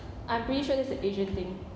I'm pretty sure that's the asian thing